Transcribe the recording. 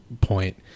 point